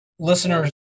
Listeners